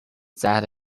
that